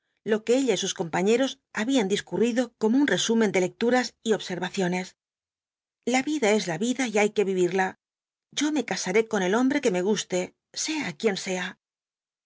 lo que ella y sus compañeras habían discurrido como un resumen de lecturas y observaciones la vida es la vida y hay que vivirla yo me casaré con el hombre que me guste sea quien sea